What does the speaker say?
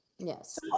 Yes